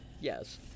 Yes